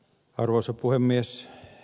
arvoisa puhemies